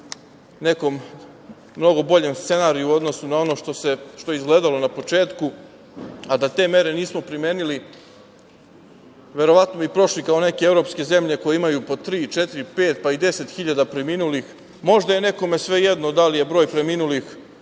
ka nekom mnogo boljem scenariju u odnosu na ono što je izgledalo na početku. Da te mere nismo primenili, verovatno bismo prošli kao neke evropske zemlje koje imaju po tri, četiri, pet, pa i deset hiljada preminulih. Možda je nekome svejedno da li je broj preminulih